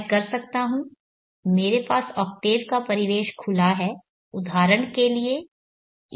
मैं कर सकता हूँ मेरे पास ऑक्टेव का परिवेश खुला है उदाहरण के लिए ex01m चलाएं